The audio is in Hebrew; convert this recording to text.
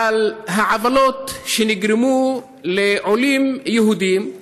לעוולות שנגרמו לעולים יהודים,